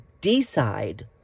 decide